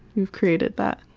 you created that.